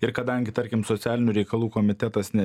ir kadangi tarkim socialinių reikalų komitetas ne